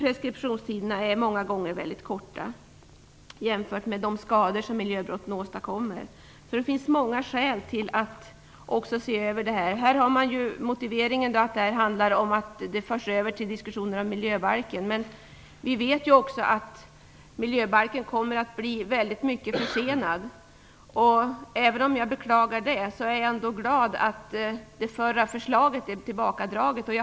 Preskriptionstiderna är många gånger väldigt korta jämfört med de skador som miljöbrotten åstadkommer. Det finns således många skäl att göra en översyn. Här är motiveringen att det handlar om att detta förs över till diskussioner om miljöbalken. Men miljöbalken kommer att bli väldigt försenad. Jag beklagar det men är ändå glad över att förra förslaget drogs tillbaka.